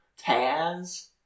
Taz